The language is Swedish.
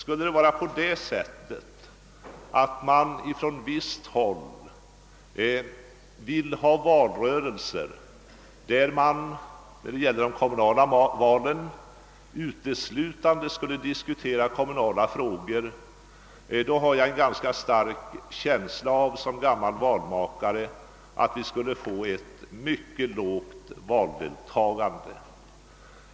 Jag har som gammal valmakare en ganska stark känsla av att det skulle bli ett mycket lågt valdeltagande, om man i de kommunala valrörelserna uteslutande skulle diskutera kommunala frågor.